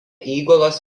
įgulos